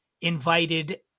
invited